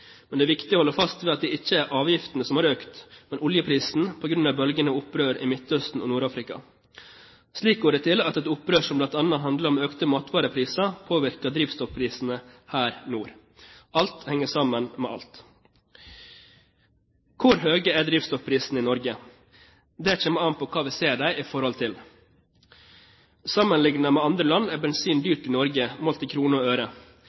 Men det er viktig å holde fast ved at det ikke er avgiftene som har økt, men oljeprisen, på grunn av bølgen av opprør i Midtøsten og Nord-Afrika. Slik går det til at et opprør som bl.a. handler om økte matvarepriser, påvirker drivstoffprisene her nord. Alt henger sammen med alt. Hvor høye er drivstoffprisene i Norge? Det kommer an på hva vi ser dem i forhold til. Sammenlignet med andre land er bensin dyrt i Norge, målt i kroner og øre.